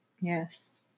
Yes